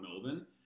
Melbourne